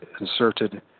inserted